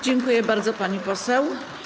Dziękuję bardzo, pani poseł.